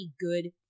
good